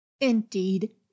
indeed